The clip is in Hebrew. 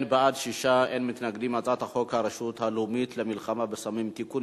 ההצעה להעביר את הצעת חוק הרשות הלאומית למלחמה בסמים (תיקון